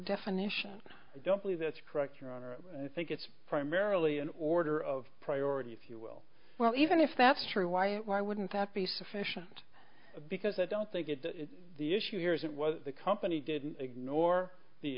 definition i don't believe that's correct your honor i think it's primarily an order of priority if you will well even if that's true why why wouldn't that be sufficient because i don't think it's the issue here is it was the company didn't ignore the